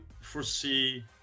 foresee